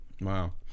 Wow